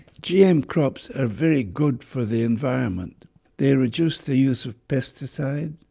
gm crops are very good for the environment they reduce the use of pesticides,